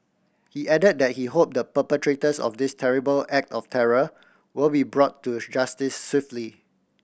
he added that he hope the perpetrators of this terrible act of terror will be brought to justice swiftly